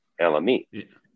LME